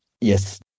Yes